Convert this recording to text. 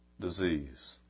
disease